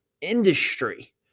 industry